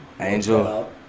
Angel